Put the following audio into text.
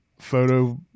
photo